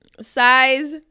size